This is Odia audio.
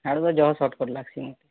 ୟାଡୁ ଯହ ସଟ୍କଟ୍ ଲାଗ୍ସି